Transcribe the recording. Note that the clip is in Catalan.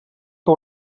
que